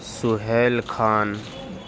Sohail Khan